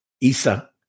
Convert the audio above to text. Isa